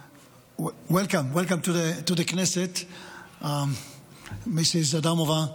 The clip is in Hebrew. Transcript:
Welcome, welcome to the Knesset, Mrs. Adamová.